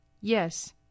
Yes